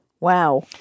Wow